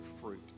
fruit